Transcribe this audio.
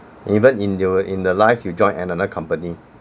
even in you in the life you join another company